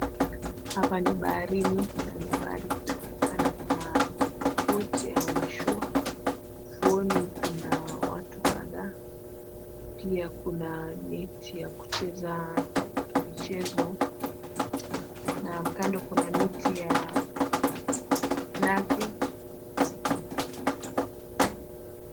Hapa ni baharini, ndani ya bahari kunaonekana kuna boti au mashua. Ufuoni kuna watu kadhaa, pia kuna neti ya kucheza michezo na kando kuna miti ya nazi.